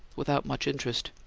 without much interest.